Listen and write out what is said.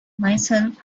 myself